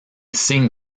signe